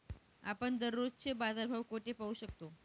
आपण दररोजचे बाजारभाव कोठे पाहू शकतो?